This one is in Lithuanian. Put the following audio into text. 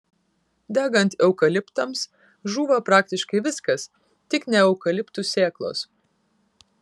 degant eukaliptams žūva praktiškai viskas tik ne eukaliptų sėklos